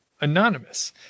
anonymous